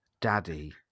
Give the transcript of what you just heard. daddy